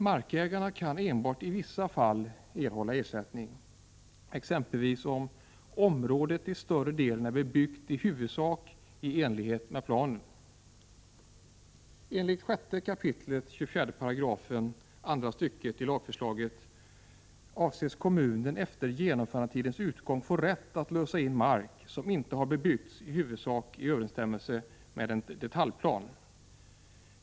Markägarna kan enbart i vissa fall erhålla ersättning, exempelvis om ”område till större delen är bebyggt i huvudsak i enlighet med planen”. Enligt 6 kap. 24 § andra stycket i lagförslaget avses kommunen efter genomförandetidens utgång få rätt att lösa in mark som inte har bebyggts i huvudsaklig överensstämmelse med en detaljplan.